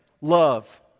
love